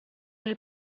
nel